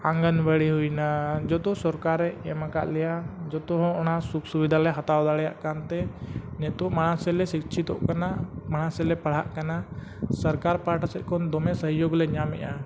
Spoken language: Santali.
ᱟᱝᱜᱚᱱᱣᱟᱲᱤ ᱦᱩᱭᱱᱟ ᱡᱚᱛᱚ ᱥᱚᱨᱠᱟᱨᱮ ᱮᱢ ᱠᱟᱜ ᱞᱮᱭᱟ ᱡᱚᱛᱚ ᱦᱚᱲ ᱚᱱᱟ ᱥᱩᱠ ᱥᱩᱵᱤᱫᱷᱟ ᱞᱮ ᱦᱟᱛᱟᱣ ᱫᱟᱲᱮᱭᱟᱜ ᱠᱟᱱ ᱱᱤᱛᱚᱜ ᱢᱟᱲᱟᱝ ᱥᱮᱫ ᱞᱮ ᱥᱤᱪᱪᱷᱤᱛᱚᱜ ᱠᱟᱱᱟ ᱢᱟᱲᱟᱝ ᱥᱮᱫ ᱞᱮ ᱯᱟᱲᱦᱟᱜ ᱠᱟᱱᱟ ᱥᱚᱨᱠᱟᱨ ᱯᱟᱦᱴᱟ ᱥᱮᱫ ᱠᱷᱚᱱ ᱫᱚᱢᱮ ᱥᱚᱦᱚᱭᱳᱜᱽ ᱞᱮ ᱧᱟᱢᱮᱫᱼᱟ